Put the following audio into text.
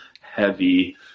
heavy